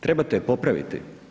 Trebate je popraviti.